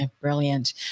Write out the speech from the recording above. Brilliant